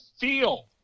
feel